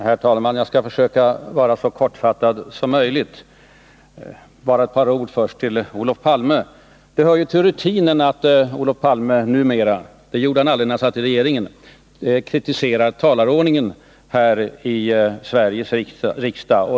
Herr talman! Jag skall försöka vara så kortfattad som möjligt. Först vill jag säga bara ett par ord till Olof Palme. Det hör till rutinen att Olof Palme numera — det gjorde han aldrig när han satt i regeringsställning — kritiserar talarordningen häri Sveriges riksdag.